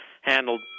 handled